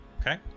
Okay